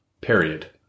Period